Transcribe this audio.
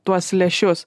tuos lęšius